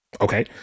okay